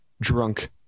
Drunk